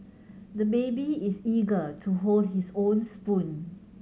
the baby is eager to hold his own spoon